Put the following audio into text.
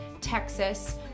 Texas